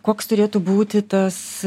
koks turėtų būti tas